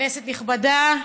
כנסת נכבדה,